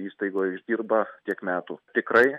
įstaigoj išdirba tiek metų tikrai